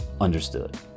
understood